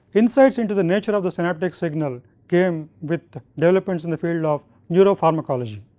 insights in to the nature of the synaptic signal, came with developments in the field of neuro-pharmacology.